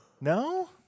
No